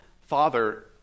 father